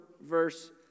verse